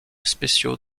spéciaux